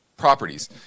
properties